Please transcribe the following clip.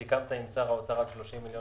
סיכמת עם שר האוצר על 30 מיליון